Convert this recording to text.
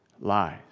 lies